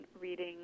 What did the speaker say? reading